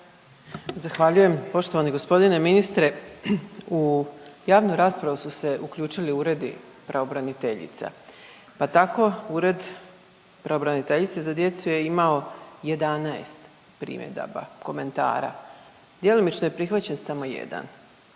Zahvaljujem, poštovani g. ministre. U javnu raspravu su se uključili uredi pravobraniteljica pa tako Ured pravobraniteljice za djecu je imao 11 primjedaba, komentara. Djelimično je prihvaćen samo jedan.